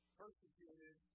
persecuted